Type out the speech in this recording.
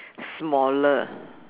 smaller